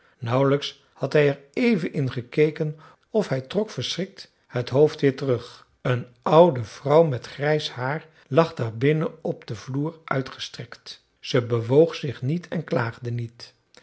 nauwelijks had hij er even in gekeken of hij trok verschrikt het hoofd weer terug een oude vrouw met grijs haar lag daar binnen op den vloer uitgestrekt ze bewoog zich niet en klaagde niet